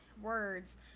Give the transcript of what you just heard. words